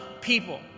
people